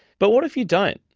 but what if you don't?